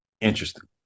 interesting